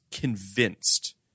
convinced